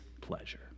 pleasure